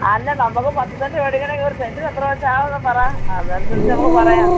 അല്ല നമുക്ക് പത്ത് സെൻറ്റ് മേടിക്കണമെങ്കിൽ ഒര് സെൻറ്റിന് എത്രവെച്ചാകും എന്ന് പറ അതനുസരിച്ച് നമുക്ക് പറയാം